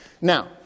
Now